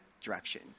direction